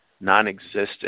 non-existent